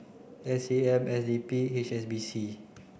S A M S D P H S B C